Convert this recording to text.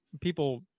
people